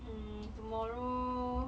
um tomorrow